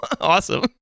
Awesome